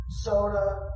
soda